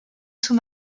sous